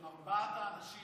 ארבעת האנשים